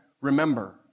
remember